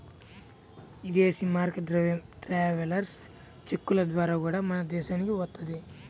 ఇదేశీ మారక ద్రవ్యం ట్రావెలర్స్ చెక్కుల ద్వారా గూడా మన దేశానికి వత్తది